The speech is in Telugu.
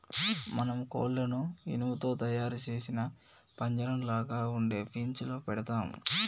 మనం కోళ్లను ఇనుము తో తయారు సేసిన పంజరంలాగ ఉండే ఫీన్స్ లో పెడతాము